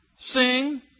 sing